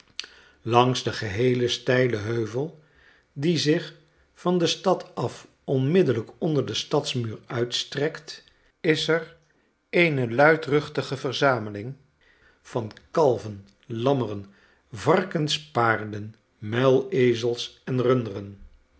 langs den geheelen steilen heuvel die zich van de stad af onmiddellijk onder den stadsmuur uitstrekt is er eene luidruchtige verzameling van kalven lammeren varkens paarden muilezels en runderen